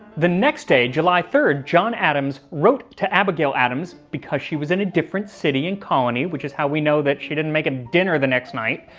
the next day july three john adams wrote to abigail adams because she was in a different city and colony which is how we know that she didn't make a dinner the next night.